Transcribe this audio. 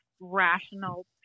rational